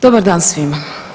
Dobar dan svima.